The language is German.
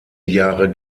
jahre